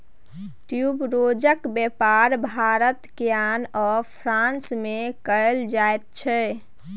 ट्यूबरोजक बेपार भारत केन्या आ फ्रांस मे कएल जाइत छै